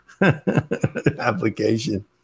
Application